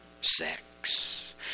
Sex